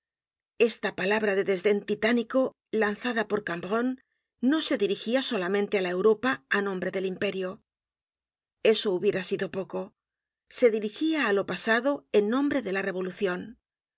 esta palabra de desden titánico lanzada por cambronne no se dirigia solamente á la europa á nombre del imperio eso hubiera sido poco se dirigia á lo pasado en nombre de la revolucion al